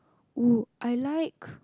oo I like